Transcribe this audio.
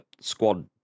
squad